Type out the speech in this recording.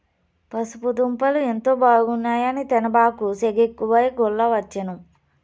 పసుపు దుంపలు ఎంతో బాగున్నాయి అని తినబాకు, సెగెక్కువై గుల్లవచ్చేను